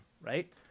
right